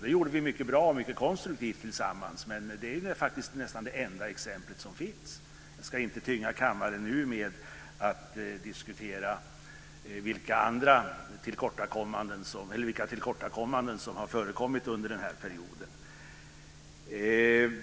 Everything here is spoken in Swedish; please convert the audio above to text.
Det gjorde vi mycket bra och mycket konstruktivt tillsammans. Men det är också faktiskt nästan det enda exempel som finns. Jag ska inte tynga kammaren nu med att diskutera vilka tillkortakommanden som har förekommit under den här perioden.